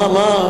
מה?